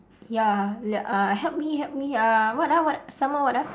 ya like uh help me help me uh what ah what some more what ah